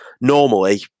normally